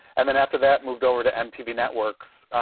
and then after that moved over to mtv networks,